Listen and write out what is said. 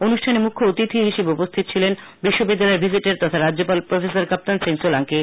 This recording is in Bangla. অনুষ্ঠানে মুখ্য অতিখি হিসাবে উপস্হিত ছিলেন এই বিশ্ব বিদ্যালয়ের ভিজিটার তথা রাজ্যপাল প্রফেসার কাপ্তান সিং সোলাংকি